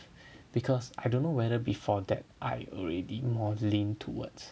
because I don't know whether before that I already more lean towards